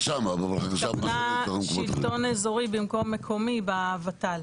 היא התכוונה שלטון אזורי במקום מקומי בוות"ל.